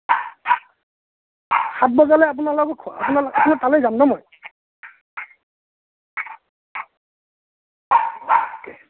সাত বজালৈ আপোনালোকৰ আপোনাৰ তালৈ যাম ন' মই